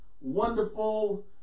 wonderful